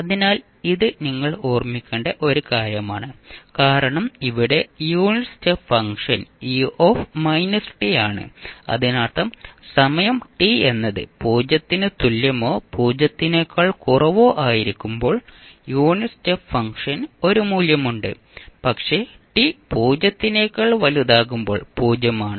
അതിനാൽ ഇത് നിങ്ങൾ ഓർമ്മിക്കേണ്ട ഒരു കാര്യമാണ് കാരണം ഇവിടെ യൂണിറ്റ് സ്റ്റെപ്പ് ഫംഗ്ഷൻ u ആണ് അതിനർത്ഥം സമയം t എന്നത് 0 ന് തുല്യമോ 0 നേക്കാൾ കുറവോ ആയിരിക്കുമ്പോൾ യൂണിറ്റ് സ്റ്റെപ്പ് ഫംഗ്ഷന് ഒരു മൂല്യമുണ്ട് പക്ഷേ t 0 നെക്കാൾ വലുതാകുമ്പോൾ 0 ആണ്